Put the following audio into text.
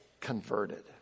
converted